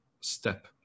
step